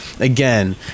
Again